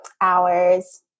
hours